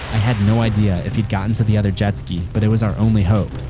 i had no idea if he'd gotten to the other jetski but it was our only hope.